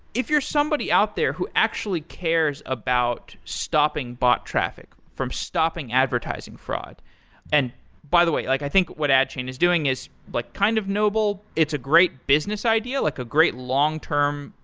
if you're somebody out there who actually cares about stopping bot traffic from stopping advertising fraud and by the way, like i think what adchain and is doing is like kind of noble. it's a great business idea, like a great long-term,